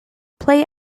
play